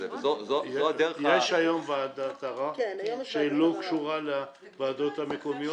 יש היום ועדת ערר שהיא לא קשורה לוועדות המקומיות?